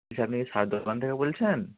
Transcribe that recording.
বলছি আপনি কি সার দোকান থেকে বলছেন